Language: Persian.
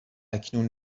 اکنون